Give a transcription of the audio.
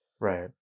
Right